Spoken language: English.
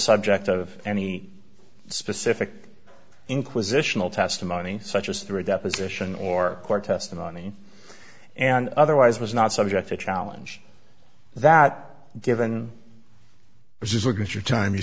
subject of any specific inquisitional testimony such as through a deposition or court testimony and otherwise was not subject to challenge that given this is we're going to your time you